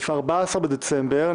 14 בדצמבר 2020,